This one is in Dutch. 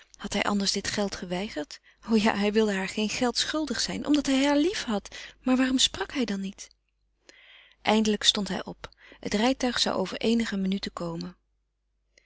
had hij anders dit geld geweigerd o ja hij wilde haar geen geld schuldig zijn omdat hij haar liefhad maar waarom sprak hij dan niet eindelijk stond hij op het rijtuig zou over eenige minuten komen